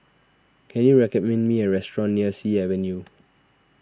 can you recommend me a restaurant near Sea Avenue